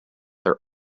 her